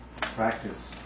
practice